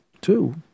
Two